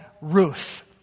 Ruth